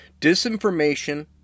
Disinformation